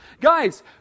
guys